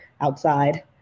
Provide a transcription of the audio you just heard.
outside